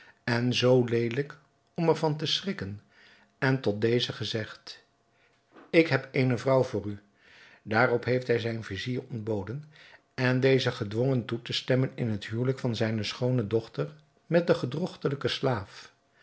en zoo leelijk om er van te schrikken en tot deze gezegd ik heb eene vrouw voor u daarop heeft hij zijn vizier ontboden en dezen gedwongen toe te stemmen in het huwelijk van zijne schoone dochter met den gedrogtelijken slaaf